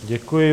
Děkuji.